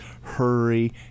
hurry